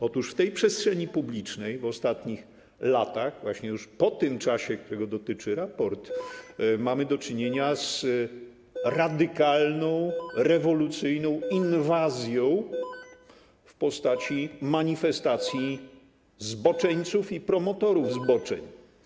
Otóż w tej przestrzeni publicznej w ostatnich latach, właśnie już po tym czasie, którego dotyczy raport, mamy do czynienia z radykalną, rewolucyjną inwazją w postaci manifestacji zboczeńców i promotorów zboczeń.